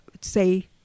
say